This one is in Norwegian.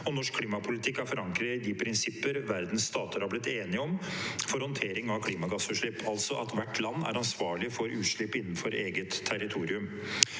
og norsk klimapolitikk er forankret i de prinsipper verdens stater har blitt enige om for håndtering av klimagassutslipp, altså at hvert land er ansvarlig for utslipp innenfor eget territorium.